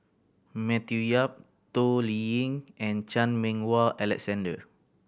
Matthew Yap Toh Liying and Chan Meng Wah Alexander